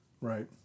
Right